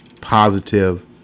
positive